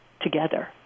together